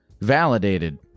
validated